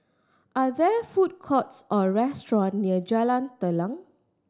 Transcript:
are there food courts or restaurant near Jalan Telang